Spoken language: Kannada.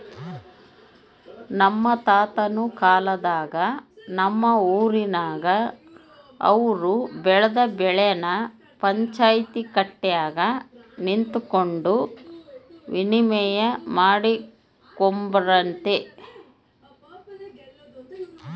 ನಮ್ ತಾತುನ್ ಕಾಲದಾಗ ನಮ್ ಊರಿನಾಗ ಅವ್ರು ಬೆಳ್ದ್ ಬೆಳೆನ ಪಂಚಾಯ್ತಿ ಕಟ್ಯಾಗ ನಿಂತಕಂಡು ವಿನಿಮಯ ಮಾಡಿಕೊಂಬ್ತಿದ್ರಂತೆ